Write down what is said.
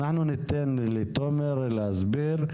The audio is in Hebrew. אנחנו ניתן לתומר להסביר,